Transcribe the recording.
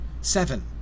Seven